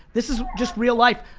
this is just real life.